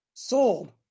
sold